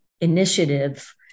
initiative